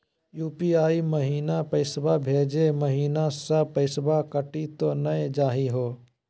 UPI महिना पैसवा भेजै महिना सब पैसवा कटी त नै जाही हो?